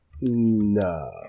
No